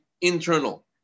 internal